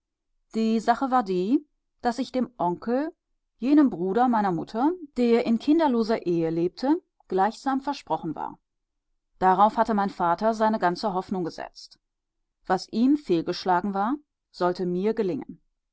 die sache war die daß ich dem onkel jenem bruder meiner mutter der in kinderloser ehe lebte gleichsam versprochen war darauf hatte mein vater seine ganze hoffnung gesetzt was ihm fehlgeschlagen war sollte mir gelingen